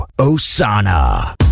Osana